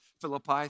Philippi